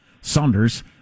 Saunders